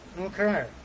okay